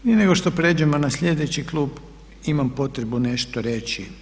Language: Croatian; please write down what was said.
Prije nego što pređemo na slijedeći klub ima potrebu nešto reći.